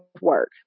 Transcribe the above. work